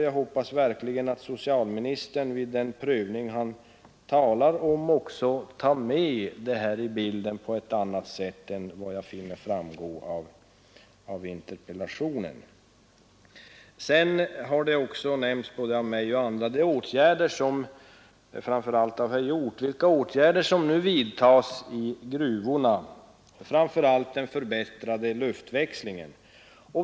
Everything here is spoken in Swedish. Jag hoppas verkligen, att socialministern vid den prövning han talar om också tar in detta i bilden på ett annat sätt än vad jag finner framgå av interpellationssvaret Både jag och andra har talat om de åtgärder, som nu vidtas i gruvorna, framför allt för att förbättra luftväxlingen.